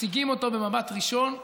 מציגים אותו במבט ראשון,